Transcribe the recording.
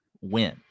win